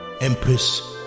Empress